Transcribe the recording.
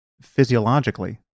physiologically